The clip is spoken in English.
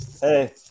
Hey